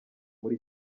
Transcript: muri